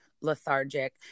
lethargic